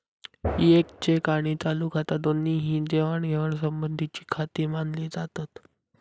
येक चेक आणि चालू खाता दोन्ही ही देवाणघेवाण संबंधीचीखाती मानली जातत